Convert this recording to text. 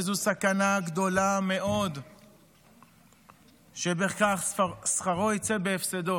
וזו סכנה גדולה מאוד שבכך שכרו יצא בהפסדו.